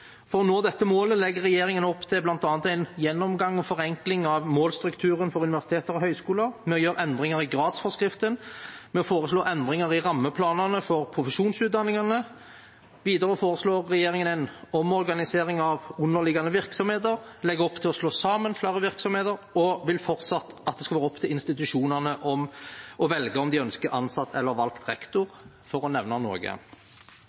For å nå dette målet legger regjeringen opp til bl.a. en gjennomgang og forenkling av målstrukturen for universiteter og høyskoler. Vi gjør endringer i gradsforskriften. Vi foreslår endringer i rammeplanene for profesjonsutdanningene. Videre foreslår regjeringen en omorganisering av underliggende virksomheter, legger opp til å slå sammen flere virksomheter og vil fortsatt at det skal være opp til institusjonene å velge om de ønsker ansatt eller valgt